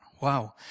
Wow